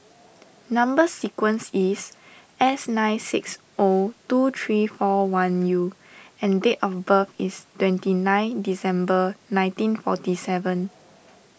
Number Sequence is S nine six O two three four one U and date of birth is twenty nine December nineteen forty seven